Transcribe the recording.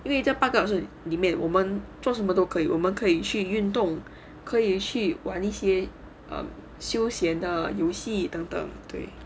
因为这八个里面我们做什么都可以我们可以去运动可以去玩一些休闲的游戏等等对